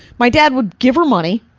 my dad would give her money.